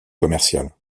commercial